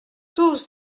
tous